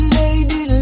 lady